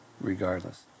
regardless